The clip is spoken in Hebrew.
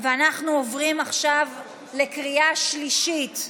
אנחנו עוברים עכשיו לקריאה שלישית.